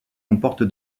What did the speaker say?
comporte